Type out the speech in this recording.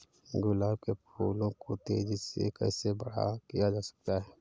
गुलाब के फूलों को तेजी से कैसे बड़ा किया जा सकता है?